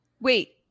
Wait